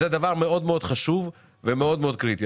זה דבר מאוד מאוד חשוב ומאוד מאוד קריטי.